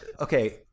Okay